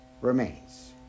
remains